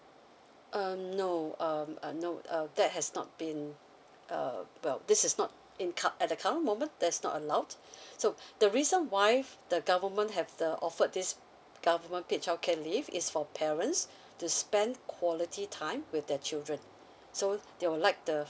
uh no um uh no uh that has not been uh well this is not in cur~ at the current moment there's not allowed so the reason why the government have the offer this government paid childcare leave is for parents to spend quality time with their children so they would like the